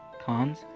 cons